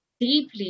deeply